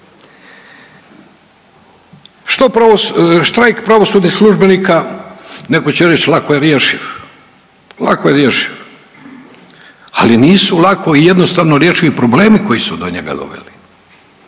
Što štrajk pravosudnih službenika neko će reć lako je rješiv, lako je rješiv, ali nisu lako i jednostavno rješivi problemi koji su do njega doveli.